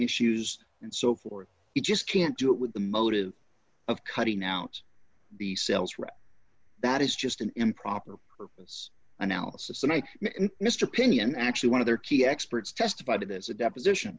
issues and so forth you just can't do it with the motive of cutting out the cells for that is just an improper purpose analysis and i mr opinion actually one of their key experts testified as a deposition